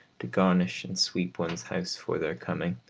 to garnish and sweep one's house for their coming,